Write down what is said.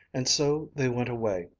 and so they went away,